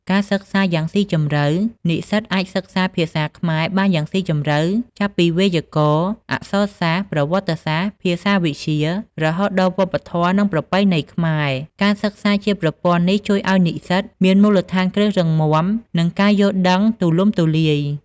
ការសិក្សាយ៉ាងស៊ីជម្រៅ និស្សិតអាចសិក្សាភាសាខ្មែរបានយ៉ាងស៊ីជម្រៅ ចាប់ពី វេយ្យាករណ៍ អក្សរសាស្ត្រ ប្រវត្តិសាស្រ្ត ភាសាវិទ្យា រហូតដល់ វប្បធម៌ និងប្រពៃណីខ្មែរ។ ការសិក្សាជាប្រព័ន្ធនេះជួយឱ្យនិស្សិតមានមូលដ្ឋានគ្រឹះរឹងមាំ និងការយល់ដឹងទូលំទូលាយ។